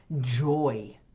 joy